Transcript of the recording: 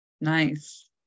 Nice